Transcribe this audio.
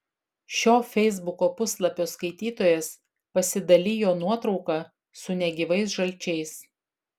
šio feisbuko puslapio skaitytojas pasidalijo nuotrauka su negyvais žalčiais